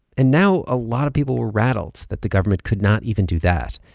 and now, a lot of people were rattled that the government could not even do that.